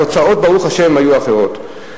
התוצאות, ברוך השם, היו אחרות.